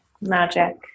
Magic